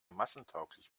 massentauglich